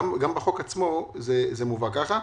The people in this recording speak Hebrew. גם בחוק עצמו זה מובא ככה.